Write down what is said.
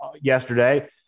yesterday